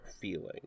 feeling